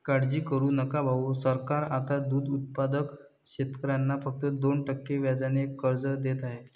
काळजी करू नका भाऊ, सरकार आता दूध उत्पादक शेतकऱ्यांना फक्त दोन टक्के व्याजाने कर्ज देत आहे